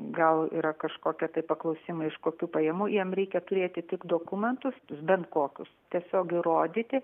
gal yra kažkokia tai paklausimai iš kokių pajamų jam reikia turėti tik dokumentus bent kokius tiesiog įrodyti